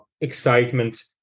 excitement